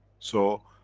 so.